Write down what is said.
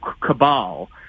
cabal